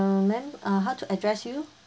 uh ma'am how to address you